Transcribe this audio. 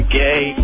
gay